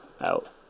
out